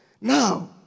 Now